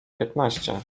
piętnaście